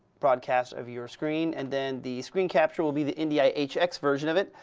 broadcast of your screen and then the screen capture will be the ndi hx version of it.